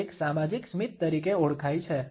આ એક સામાજિક સ્મિત તરીકે ઓળખાય છે